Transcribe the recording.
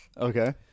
okay